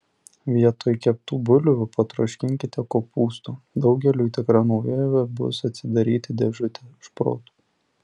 vietoj keptų bulvių patroškinkite kopūstų daugeliui tikra naujovė bus atsidaryti dėžutę šprotų